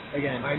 again